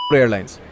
Airlines